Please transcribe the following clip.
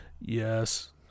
yes